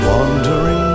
Wandering